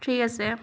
ঠিক আছে